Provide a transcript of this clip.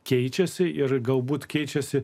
keičiasi ir galbūt keičiasi